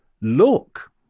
look